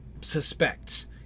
suspects